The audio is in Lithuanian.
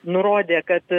nurodė kad